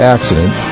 Accident